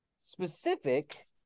specific